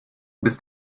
bist